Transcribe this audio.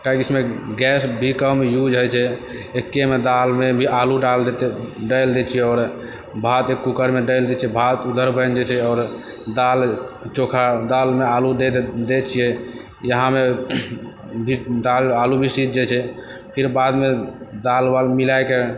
काहेकि इसमे गैस भी कम यूज होइ छै एकेमे दालमे ही आलू डाल देतै डालि दै छिए आओर भातके कुकरमे डालि दै छिए भात उधर बनि जाइ छै आओर दाल चोखा दालमे आलू दै छिए इएहमे भी दाल आलू भी सिझ जाइ छै फिर बादमे दाल वाल मिलैकऽ